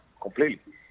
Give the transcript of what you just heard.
completely